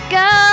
go